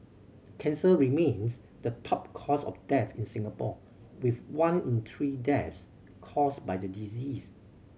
cancer remains the top cause of death in Singapore with one in three deaths caused by the disease